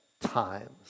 times